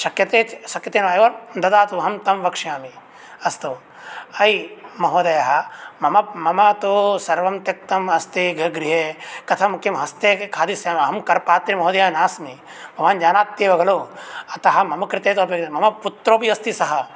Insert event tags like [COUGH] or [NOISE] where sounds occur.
शक्यते शक्यते [UNINTELLIGIBLE] ददातु अहं तं वक्ष्यामि अस्तु अयि महोदयः मम मम तु सर्वं त्यक्तम् अस्ति ग्र गृहे कथं किं हस्ते खादिष्यामः अहं करपात्रे महोदय नास्मि भवान् जानात्येव खलु अतः मम कृते मम पुत्रोऽपि अस्ति सः